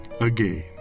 again